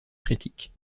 critique